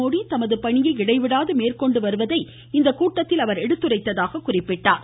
மோடி தமது பணியை இடைவிடாது மேற்கொண்டு வருவதை இக்கூட்டத்தில் எடுத்துரைத்ததாக குறிப்பிட்டார்